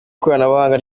ikoranabuhanga